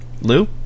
Lou